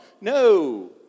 No